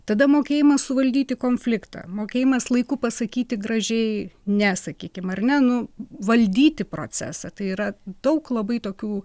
tada mokėjimas suvaldyti konfliktą mokėjimas laiku pasakyti gražiai ne sakykim ar ne nu valdyti procesą tai yra daug labai tokių